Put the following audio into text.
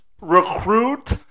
recruit